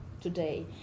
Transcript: today